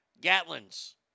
Gatlin's